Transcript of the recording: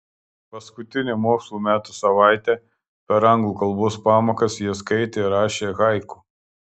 paskutinę mokslo metų savaitę per anglų kalbos pamokas jie skaitė ir rašė haiku